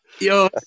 Yo